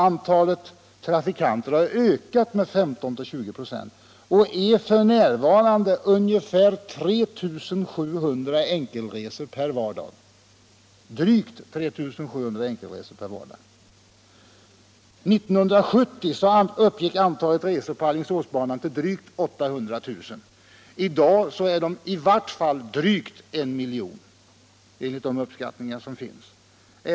Antalet trafikanter har alltså ökat med 15-20 96, och antalet enkelresor är f. n. drygt 3 700 per vardag. År 1970 uppgick antalet resor på Alingsåsbanan till drygt 800 000. I dag är antalet i varje fall drygt 1 miljon enligt de uppskattningar som gjorts.